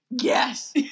Yes